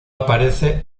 aparece